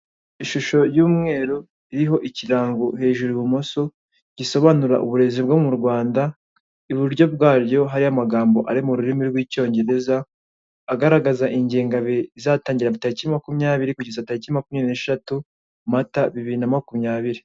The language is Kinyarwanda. Ishusho y'umweru iriho ikirango hejuru ibumoso gisobanura uburezi bwo mu Rwanda, iburyo bwaryo hariyo amagambo ari mu rurimi rw'icyongereza agaragaza ingebihe izatangira taliki makumyabiri kugeza taliki makumyabiri n'esheshatu Mata bibiri na makumyabiri.